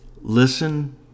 Listen